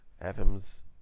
atoms